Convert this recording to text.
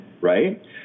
Right